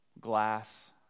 glass